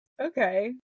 Okay